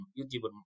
YouTube